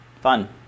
Fun